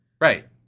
Right